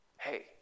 Hey